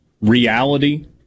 reality